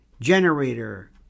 generator